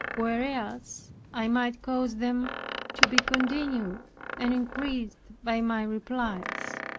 whereas i might cause them to be continued and increased by my replies.